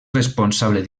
responsable